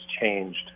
changed